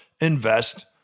invest